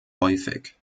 häufig